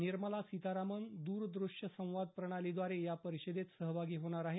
निर्मला सीतारामन दूरदृष्यसंवाद प्रणालीद्वारे या परिषदेत सहभागी होणार आहेत